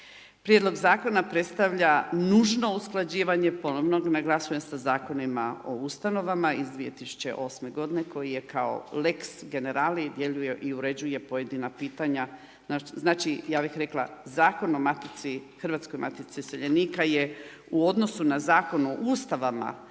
Prijedlog zakona predstavlja nužno usklađivanje, ponovno naglašujem sa Zakonima o ustanovama, iz 2008. g. koji je kao lex generali, djeluje i uređuje pojedina pitanja znači ja bih rekla Zakonom o matici, Hrvatskoj matici iseljenika, je u odnosu na Zakon o ustanovama